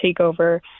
takeover